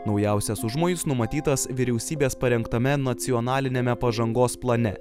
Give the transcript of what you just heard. naujausias užmojis numatytas vyriausybės parengtame nacionaliniame pažangos plane